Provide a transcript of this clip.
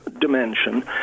dimension